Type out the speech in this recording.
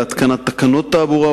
להתקנת תקנות תעבורה,